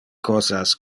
cosas